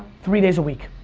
three days a week.